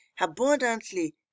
abundantly